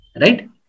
right